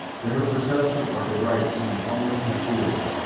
that her perception of the right seemed almost intuitive,